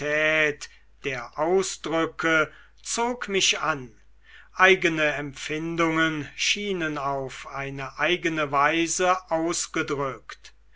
der ausdrücke zog mich an eigene empfindungen schienen auf eine eigene weise ausgedrückt